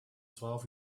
twaalf